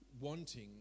Wanting